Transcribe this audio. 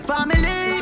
Family